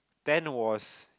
ten was